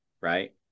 Right